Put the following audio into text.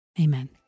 Amen